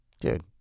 Dude